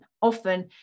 often